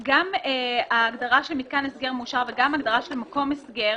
גם ההגדרה של מתקן הסגר מאושר וגם ההגדרה של מקום הסגר,